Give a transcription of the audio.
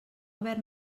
haver